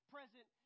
present